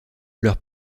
leur